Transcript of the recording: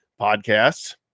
podcasts